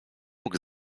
mógł